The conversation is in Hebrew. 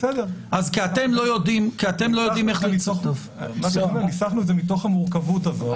כי אתם לא יודעים איך למצוא --- ניסחנו את זה מתוך המורכבות הזאת.